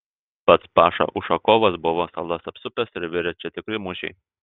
pats paša ušakovas buvo salas apsupęs ir virė čia tikri mūšiai